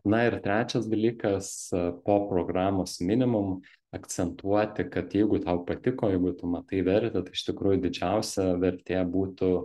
na ir trečias dalykas po programos minimum akcentuoti kad jeigu tau patiko jeigu tu matai vertę tai iš tikrųjų didžiausia vertė būtų